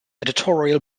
editorial